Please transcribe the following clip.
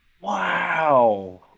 Wow